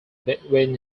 between